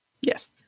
Yes